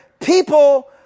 people